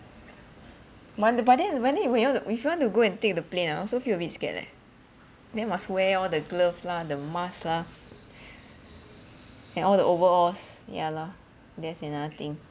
mine but then when you when you if you want to go and take the plane ah I also feel a bit scared leh then must wear all the glove lah the mask lah and all the overalls yeah lah that's another thing